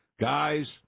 Guys